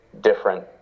different